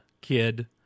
kid